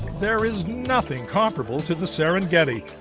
there is nothing comparable to the serengeti.